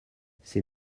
ces